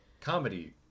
comedy